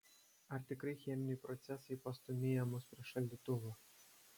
ar tikrai cheminiai procesai pastūmėja mus prie šaldytuvo